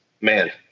Man